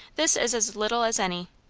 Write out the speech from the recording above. this is as little as any.